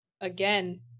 again